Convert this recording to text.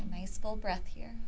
and nice full breath here